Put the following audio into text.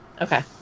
Okay